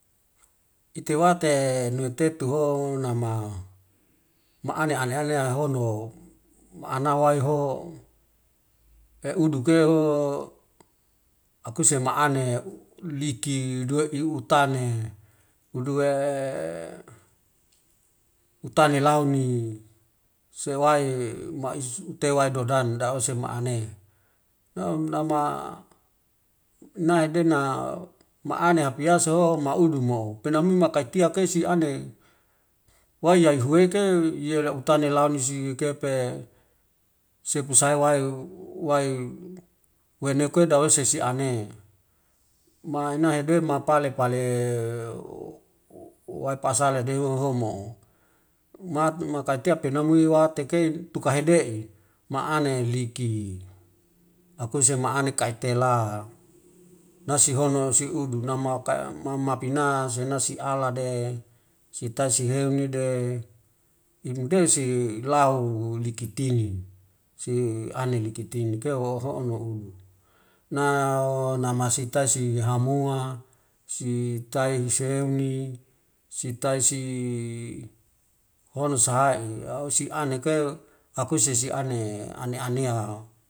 Ite wate nue tetuho nama maane aneanea hono ma ana waiho eudu keho akuse ma ane liki duwe'i utane uduwe utane launi sewai mais tewi dodan dawesi ma ane, nama naidena maane apiaseho maudumo pena mim kaitia kesi ane wai yaiy huweke yel utane lau nesi kepe sepusi wai wineuke dawese siane, ma naide ma pale pale watasale deohomo'o mak makai tia penamu wateke tuka hede'e maane liki, akuse ma ane kai tela nasi hono si uduna mauka mapina sinasi alade sitai sihe mide indesi lau liki tini si ane liki tini ke wo'o hono na namasitai si hamoa si tai iseni, sitai si hono saha'i ao siane ke akuse siane ane anea.